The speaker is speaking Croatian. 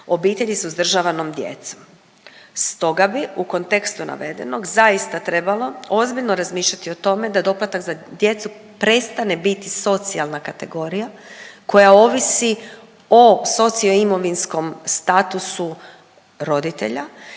obitelji s uzdržavanom djecom. Stoga bi u kontekstu navedenog zaista trebalo ozbiljno razmišljati o tome da doplatak za djecu prestane biti socijalna kategorija koja ovisi o socioimovinskom statusu roditelja